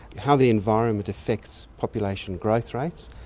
how the environment effects population growth rates,